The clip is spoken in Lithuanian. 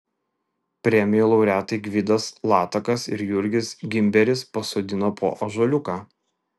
premijų laureatai gvidas latakas ir jurgis gimberis pasodino po ąžuoliuką